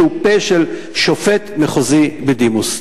שהוא פה של שופט מחוזי בדימוס.